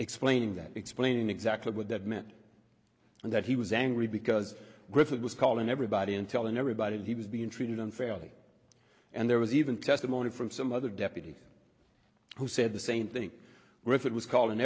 explaining that explaining exactly what that meant and that he was angry because griffin was calling everybody and telling everybody he was being treated unfairly and there was even testimony from some other deputies who said the same thing where if it was called